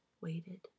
waited